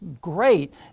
great